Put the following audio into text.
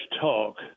talk